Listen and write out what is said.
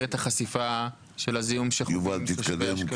את החשיפה של הזיהום שחווים תושבי אשקלון?